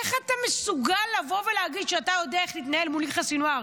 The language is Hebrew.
איך אתה מסוגל לבוא ולהגיד שאתה יודע איך להתנהל מול יחיא סנוואר.